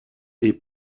est